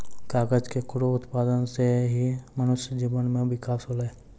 कागज केरो उत्पादन सें ही मनुष्य जीवन म बिकास होलै